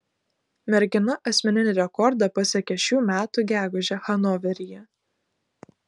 mergina asmeninį rekordą pasiekė šių metų gegužę hanoveryje